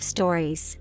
Stories